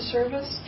Service